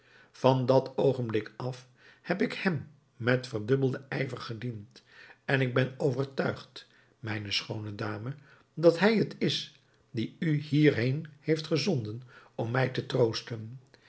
van dat oogenblik af heb ik hem met verdubbelden ijver gediend en ik ben overtuigd mijne schoone dame dat hij het is die u hier heen heeft gezonden om mij te troosten